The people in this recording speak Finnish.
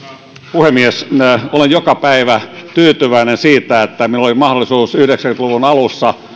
puhemies olen joka päivä tyytyväinen siitä että meillä oli mahdollisuus yhdeksänkymmentä luvun alussa